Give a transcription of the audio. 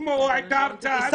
לשמוע את ההרצאה הזאת.